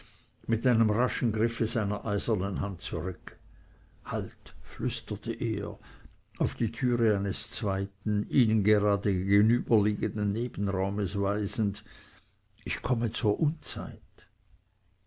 mit einem raschen griffe seiner eisernen hand zurück halt flüsterte er auf die türe eines zweiten ihnen gerade gegenüberliegenden nebenraumes hinweisend ich komme zur unzeit